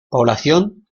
población